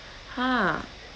!huh!